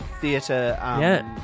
theatre